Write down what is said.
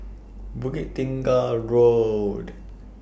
Bukit Tunggal Road